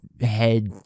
head